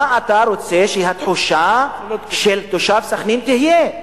מה אתה רוצה שהתחושה של תושב סח'נין תהיה?